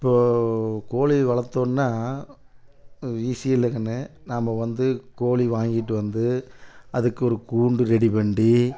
இப்போது கோழி வளர்த்தோன்னா அது ஈஸி இல்லை கண்ணு நாம் வந்து கோழி வாங்கிட்டு வந்து அதுக்கு ஒரு கூண்டு ரெடி பண்ணி